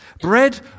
Bread